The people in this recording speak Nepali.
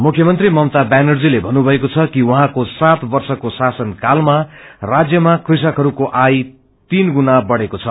मुख्यमंत्री ममता व्यानर्जीले भन्नुभएको छ कि उहाँको सात वर्षको शासनकालामा राज्यामा कृषकहष्को आय तीन गुणा बढेको छ